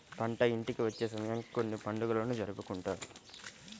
పంట ఇంటికి వచ్చే సమయానికి కొన్ని పండుగలను జరుపుకుంటారు